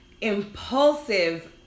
impulsive